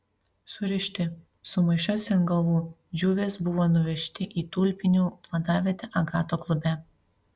surišti su maišais ant galvų džiuvės buvo nuvežti į tulpinių vadavietę agato klube